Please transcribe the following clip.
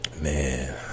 man